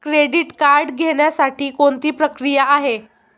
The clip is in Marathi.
क्रेडिट कार्ड घेण्यासाठी कोणती प्रक्रिया आहे?